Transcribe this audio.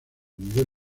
nivel